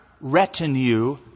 retinue